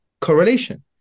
correlation